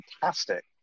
fantastic